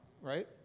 right